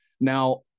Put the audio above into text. Now